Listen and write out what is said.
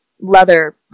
leather